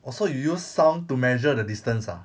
orh so you use sound to measure the distance ah